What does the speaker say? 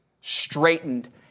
Straightened